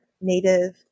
native